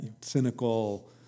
cynical